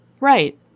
Right